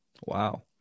wow